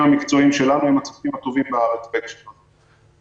המקצועיים שלנו הם הצוותים הטובים בארץ בהקשר הזה.